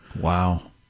Wow